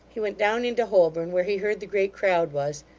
he went down into holborn, where he heard the great crowd was,